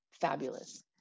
Fabulous